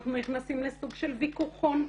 אנחנו נכנסים לסוג של ויכוחון,